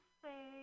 say